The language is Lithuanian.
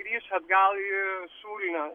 grįš atgal į šuliniu